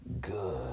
Good